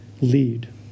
lead